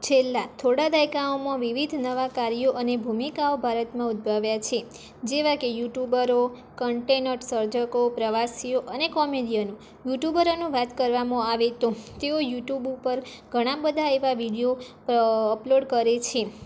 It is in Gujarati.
છેલ્લા થોડા દાયકાઓમાં વિવિધ નવા કાર્યો અને ભૂમિકાઓ ભારતમાં ઉદ્ભવ્યા છે જેવા કે યૃૂટ્યુબરો કન્ટેનટ સર્જકો પ્રવાસીઓ અને કોમેડિયનો યૂટ્યુબરોનો વાત કરવામાં આવે તો તેઓ યુટુબ ઉપર ઘણા બધા એવા વિડીયો અ અપલોડ કરે છે